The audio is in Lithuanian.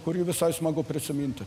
kurį visai smagu prisiminti